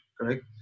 correct